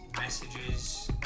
messages